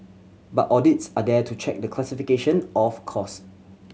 but audits are there to check the classification of cost